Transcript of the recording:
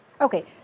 Okay